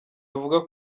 avuga